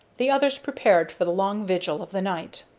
the others prepared for the long vigil of the night.